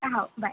हो बाय